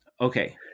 Okay